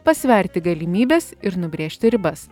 pasverti galimybes ir nubrėžti ribas